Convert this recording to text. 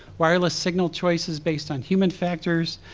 wireless signal choices based on human factors,